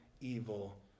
evil